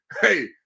hey